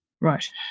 Right